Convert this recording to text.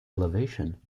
elevation